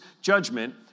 judgment